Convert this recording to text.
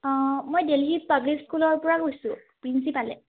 অ মই দিল্লী পাব্লিক স্কুলৰ পৰা কৈছোঁ প্ৰিঞ্চিপালে